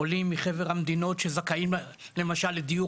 עולים מחבר המדינות שזכאים למשל לדיור